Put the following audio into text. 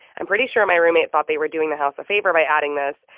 i'm pretty sure my roommate thought they were doing the house a favor by adding this,